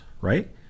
right